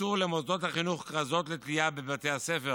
הופצו למוסדות החינוך כרזות לתלייה בבתי הספר